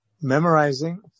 memorizing